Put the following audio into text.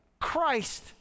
Christ